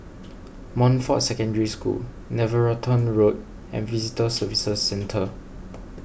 Montfort Secondary School Netheravon Road and Visitor Services Centre